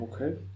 Okay